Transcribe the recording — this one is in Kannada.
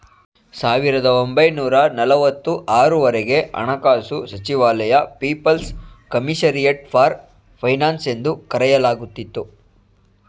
ಸಾವಿರದ ಒಂಬೈನೂರ ನಲವತ್ತು ಆರು ವರೆಗೆ ಹಣಕಾಸು ಸಚಿವಾಲಯ ಪೀಪಲ್ಸ್ ಕಮಿಷರಿಯಟ್ ಫಾರ್ ಫೈನಾನ್ಸ್ ಎಂದು ಕರೆಯಲಾಗುತ್ತಿತ್ತು